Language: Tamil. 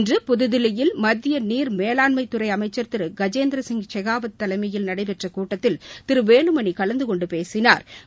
இன்று புத்தில்லியில் மத்திய நீர் மேலாண்மைத்துறை அமைச்சர் திரு கஜேந்திரசிங் ஷெகாவத் தலைமையில் நடைபெற்ற கூட்டத்தில் திரு வேலுமணி கலந்து கொண்டு பேசினாா்